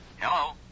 Hello